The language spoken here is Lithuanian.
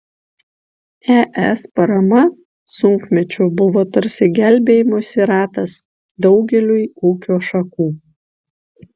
es parama sunkmečiu buvo tarsi gelbėjimosi ratas daugeliui ūkio šakų